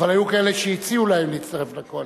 אבל היו כאלה שהציעו להן להצטרף לקואליציה.